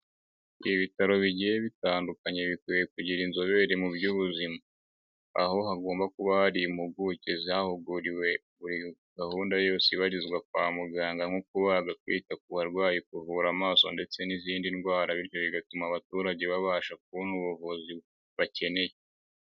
Ibi bitaro bigiye bitandukanye bikwiye kugira inzobere mu by'ubuzima, aho hagomba kuba hari impuguke zahuguriwe buri gahunda yose ibarizwa kwa muganga nko kubaga, kwita ku barwayi, kuvura amaso ndetse n'izindi ndwara bityo bigatuma abaturage babasha kubona ubuvuzi bakeneye.